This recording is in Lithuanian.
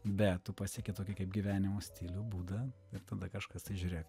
bet tu pasieki tokį kaip gyvenimo stilių būdą ir tada kažkas tai žiūrėk